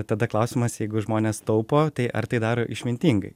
tada klausimas jeigu žmonės taupo tai ar tai daro išmintingai